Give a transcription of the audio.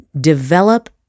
develop